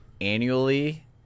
annually